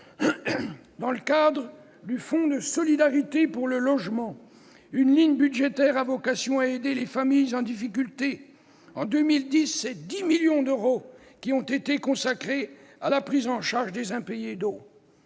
dans le cadre du Fonds de solidarité pour le logement, une ligne budgétaire a vocation à aider les familles en difficulté ; en 2010, 10 millions d'euros ont ainsi été consacrés à la prise en charge des impayés d'eau.